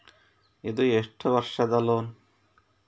ಇದು ಎಷ್ಟು ವರ್ಷದ ಲೋನ್?